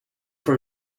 for